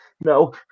no